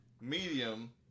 medium